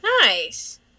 Nice